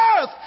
earth